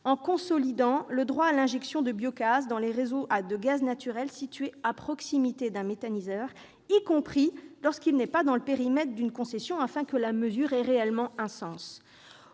en consolidant le droit à l'injection de biogaz dans les réseaux de gaz naturel situés à proximité d'un méthaniseur, y compris lorsqu'il n'est pas dans le périmètre d'une concession, afin que la mesure ait réellement un sens.